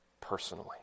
personally